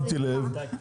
שמתי לב.